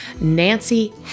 Nancy